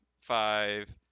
five